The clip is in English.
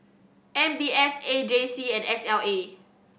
M B S A J C and S L A